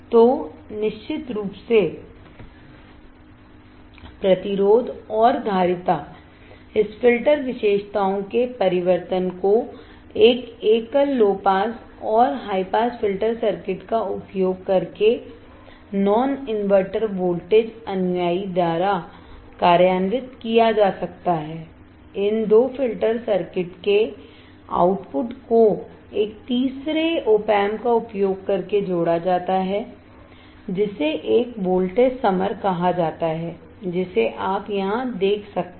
तो निश्चित रूप से प्रतिरोध और धारिता इस फिल्टर विशेषताओं के परिवर्तन को एक एकल लो पास और हाई पास फिल्टर सर्किट का उपयोग करके नॉन इनवर्टर वोल्टेज अनुयायी द्वारा कार्यान्वित किया जा सकता है इन दो फिल्टर सर्किट के आउटपुट को एक तीसरे opamp का उपयोग करके जोड़ा जाता है जिसे एक वोल्टेज समर कहा जाता है जिसे आप यहाँ देख सकते हैं